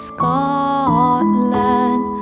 Scotland